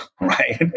right